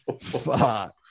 fuck